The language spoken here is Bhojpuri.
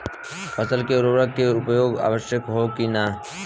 फसल में उर्वरक के उपयोग आवश्यक होला कि न?